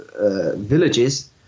villages